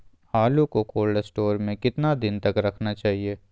आलू को cold store में कितना दिन तक रखना चाहिए?